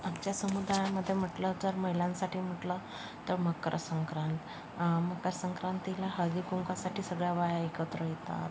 आमच्या समुदायामध्ये म्हटलं तर महिलांसाठी म्हटलं तर मकर संक्रांत मकर संक्रांतीला हळदी कुंकवासाठी सगळ्या बाया एकत्र येतात